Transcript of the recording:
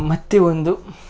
ಮತ್ತು ಒಂದು